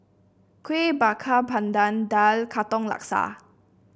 Kuih Bakar Pandan daal Katong Laksa